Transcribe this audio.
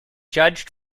judged